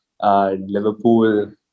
Liverpool